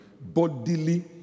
Bodily